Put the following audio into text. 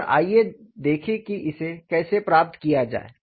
और आइए देखें कि इसे कैसे प्राप्त किया जाए